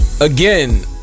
again